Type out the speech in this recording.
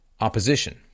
opposition